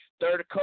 third